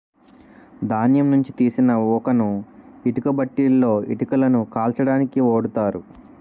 ధాన్యం నుంచి తీసిన ఊకను ఇటుక బట్టీలలో ఇటుకలను కాల్చడానికి ఓడుతారు